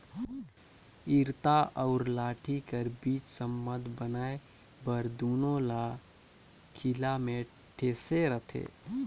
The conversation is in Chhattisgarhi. इरता अउ लाठी कर बीच संबंध बनाए बर दूनो ल खीला मे ठेसे रहथे